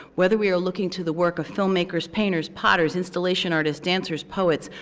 whether we are looking to the work of filmmakers, painters, potters, installation artists, dancers, poets.